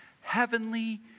heavenly